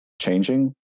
changing